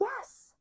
Yes